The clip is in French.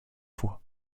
fois